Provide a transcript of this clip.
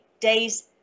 days